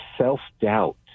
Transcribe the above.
self-doubt